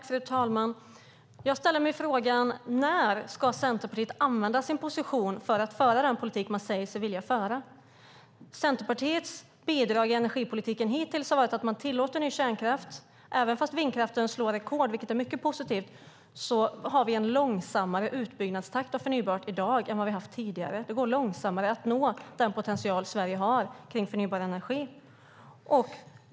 Fru talman! Jag ställer mig frågan: När ska Centerpartiet använda sin position till att föra den politik man säger sig vilja föra? Centerpartiets bidrag i energipolitiken hittills är att man tillåter ny kärnkraft. Även om vindkraften slår rekord, vilket är mycket positivt, har vi i dag en långsammare utbyggnadstakt av förnybart än vad vi haft tidigare. Det går långsammare att nå den potential som Sverige har för förnybar energi.